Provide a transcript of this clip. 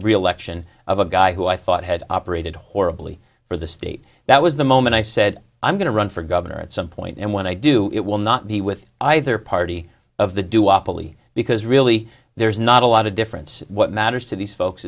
reelection of a guy who i thought had operated horribly for the state that was the moment i said i'm going to run for governor at some point and when i do it will not be with either party of the doowop only because really there's not a lot of difference what matters to these folks